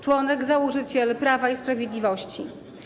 Członek założyciel Prawa i Sprawiedliwości.